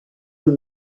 your